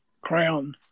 crown